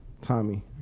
tommy